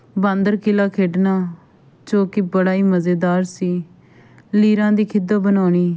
ਬਾਂਦਰ ਕਿਲਾ ਖੇਡਣਾ ਜੋ ਕਿ ਬੜਾ ਹੀ ਮਜ਼ੇਦਾਰ ਸੀ ਲੀਰਾਂ ਦੀ ਖਿਦੋਂ ਬਣਾਉਣੀ